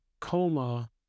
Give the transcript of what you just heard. coma